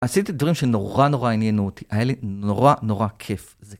עשיתי דברים שנורא נורא עניינו אותי, היה לי נורא נורא כיף.